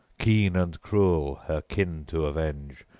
keen and cruel, her kin to avenge,